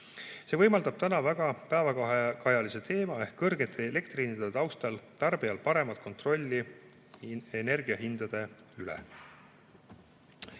See võimaldab täna väga päevakajalise teema ehk kõrgete elektrihindade taustal tarbijale paremat kontrolli energiahindade üle.